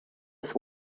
bis